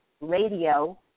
radio